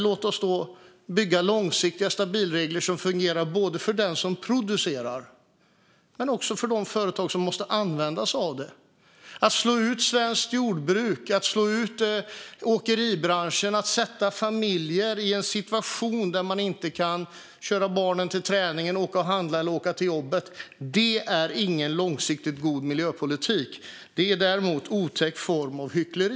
Låt oss bygga långsiktiga och stabila regler som fungerar både för den som producerar och för de företag som måste använda sig av det som produceras. Att slå ut svenskt jordbruk, att slå ut åkeribranschen och att sätta familjer i en situation där de inte kan köra barnen till träningen, åka och handla eller åka till jobbet är ingen långsiktigt god miljöpolitik. Det är däremot en otäck form av hyckleri.